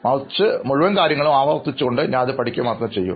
മറിച്ച് മുഴുവൻ കാര്യങ്ങളും ആവർത്തിച്ചുകൊണ്ട് ഞാൻ ഇത് പഠിക്കുക മാത്രമേ ചെയ്യൂ